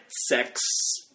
sex